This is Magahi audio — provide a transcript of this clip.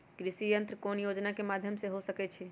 कृषि यंत्र कौन योजना के माध्यम से ले सकैछिए?